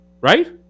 Right